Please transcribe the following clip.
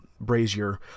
brazier